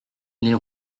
les